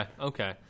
Okay